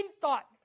thought